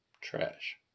Trash